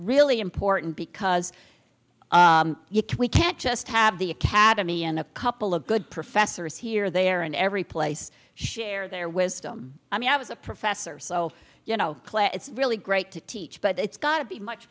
really important because we can't just have the academy and a couple of good professors here there and every place share their wisdom i mean i was a professor so you know it's really great to teach but it's got to be much